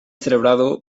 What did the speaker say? celebrado